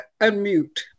unmute